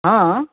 ହଁ